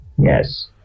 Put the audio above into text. Yes